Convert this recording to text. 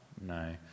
no